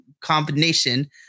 combination